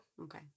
Okay